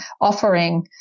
offering